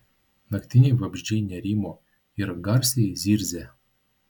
naktiniai vabzdžiai nerimo ir garsiai zirzė